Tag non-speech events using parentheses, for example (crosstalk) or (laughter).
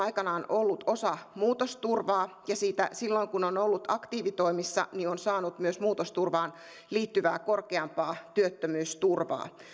(unintelligible) aikanaan ollut osa muutosturvaa ja siitä silloin kun on ollut aktiivitoimissa on saanut myös muutosturvaan liittyvää korkeampaa työttömyysturvaa